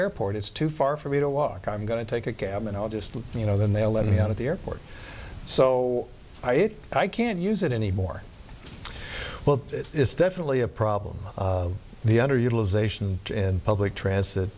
airport it's too far for me to walk i'm going to take a cab and i'll just you know then they'll let me out of the airport so i it i can use it anymore well it's definitely a problem the underutilization in public transit